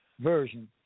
version